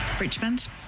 Richmond